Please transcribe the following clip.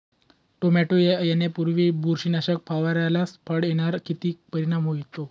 Tomato येण्यापूर्वी बुरशीनाशक फवारल्यास फळ येण्यावर किती परिणाम होतो?